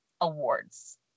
awards